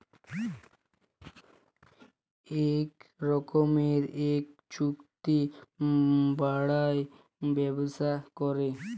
ইক রকমের ইক চুক্তি বালায় ব্যবসা ক্যরে